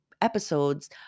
episodes